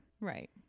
Right